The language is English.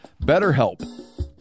BetterHelp